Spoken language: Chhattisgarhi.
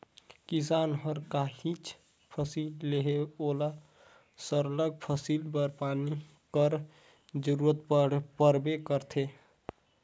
किसान हर काहींच फसिल लेहे ओला सरलग फसिल बर पानी कर जरूरत परबे करथे